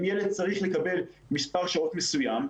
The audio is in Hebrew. אם ילד צריך לקבל מספר שעות מסוים,